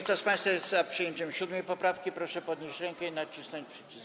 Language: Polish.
Kto z państwa jest za przyjęciem 7. poprawki, proszę podnieść rękę i nacisnąć przycisk.